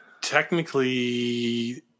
Technically